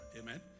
Amen